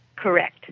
Correct